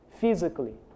physically